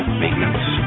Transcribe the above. maintenance